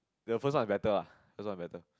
the one is better ah first one is better